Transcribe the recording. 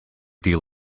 deal